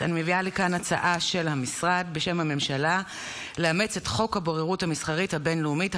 הצעה של המשרד בשם הממשלה לאמץ את חוק הבוררות המסחרית הבין-לאומית,